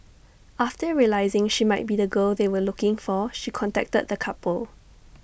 after realising she might be the girl they were looking for she contacted the couple